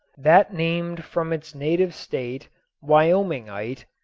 that named from its native state wyomingite,